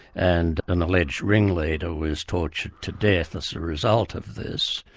and an alleged ringleader was tortured to death as a result of this.